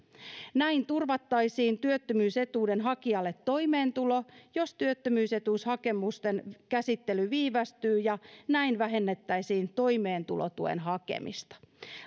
näin turvattaisiin työttömyysetuuden hakijalle toimeentulo jos työttömyysetuushakemusten käsittely viivästyy ja näin vähennettäisiin toimeentulotuen hakemista